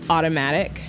Automatic